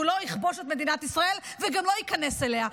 והוא לא יכבוש את מדינת ישראל וגם לא ייכנס אליה,